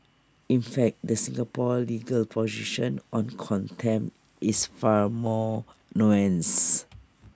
in fact the Singapore legal position on contempt is far more nuanced